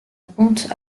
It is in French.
ponte